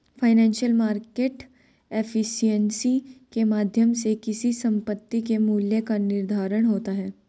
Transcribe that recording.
financial market efficiency के माध्यम से किसी संपत्ति के मूल्य का निर्धारण होता है